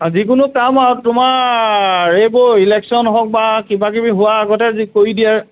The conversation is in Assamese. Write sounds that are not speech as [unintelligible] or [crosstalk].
যিকোনো কাম [unintelligible] তোমাৰ এইবোৰ ইলেকশ্যন হওক বা কিবা কিবি হোৱাৰ আগতে যি কৰি দিয়ে